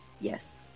Yes